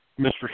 Mr